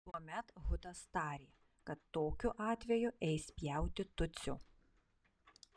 tuomet hutas tarė kad tokiu atveju eis pjauti tutsio